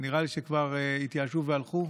שנראה לי שכבר התייאשו והלכו,